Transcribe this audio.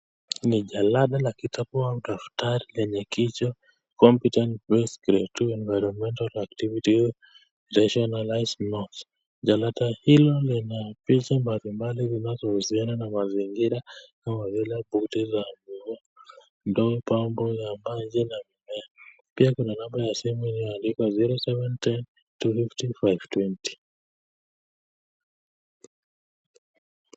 Ni jalada la kitabu cha mtaala lenye kichwa Competency Based Grade Two Environmental Activities Rationalized Notes . Jalada hilo lina picha mbalimbali zinazohusiana na mazingira kama vile buti za mvua, ndoo, pampu za maji na mimea. Pia kuna namba ya simu iliyoandikwa 0710 255 220 .